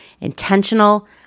intentional